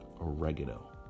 Oregano